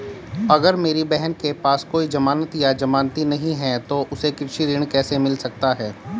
अगर मेरी बहन के पास कोई जमानत या जमानती नहीं है तो उसे कृषि ऋण कैसे मिल सकता है?